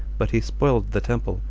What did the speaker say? but he spoiled the temple,